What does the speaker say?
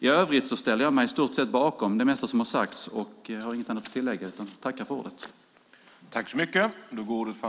I övrigt ställer jag mig bakom i stort sett det mesta som har sagts. Jag har inget annat att tillägga.